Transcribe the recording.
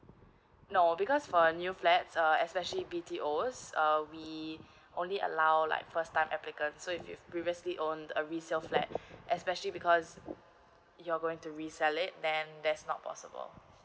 no because for a new flats uh especially BTOs uh we only allow like first time applicant like so if you've previously owned a resale flat especially because you're going to resell it then that's not possible